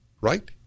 Right